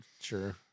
sure